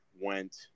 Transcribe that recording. went